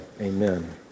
amen